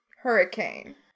hurricane